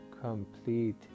complete